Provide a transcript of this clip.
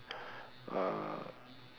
uh